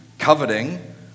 coveting